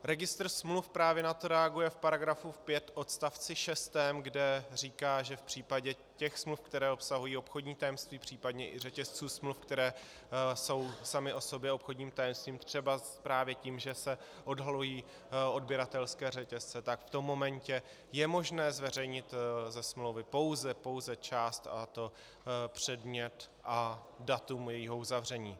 Registr smluv právě na to reaguje v § 5 v odst. 6, kde říká, že v případě těch smluv, které obsahují obchodní tajemství, případně i řetězců smluv, které jsou samy o sobě obchodním tajemstvím třeba právě tím, že se odhalují odběratelské řetězce, tak v tom momentě je možné zveřejnit ze smlouvy pouze část, a to předmět a datum jejího uzavření.